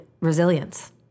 resilience